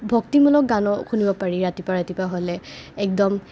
ভক্তিমূলক গানো শুনিব পাৰি ৰাতিপুৱা ৰাতিপুৱা হ'লে একদম